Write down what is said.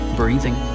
breathing